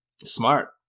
Smart